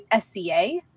SCA